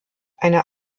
eine